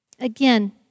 Again